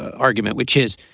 argument, which is,